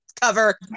cover